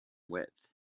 width